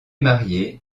marié